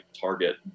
target